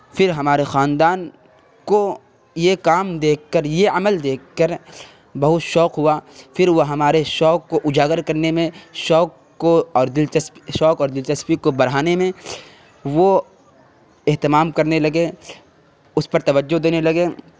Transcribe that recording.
پھر ہمارے خاندان کو یہ کام دیکھ کر یہ عمل دیکھ کر بہت شوق ہوا پھر وہ ہمارے شوق کو اجاگر کرنے میں شوق کو اور دلچسپ شوق اور دلچسپی کو بڑھانے میں وہ اہتمام کرنے لگے اس پر توجہ دینے لگے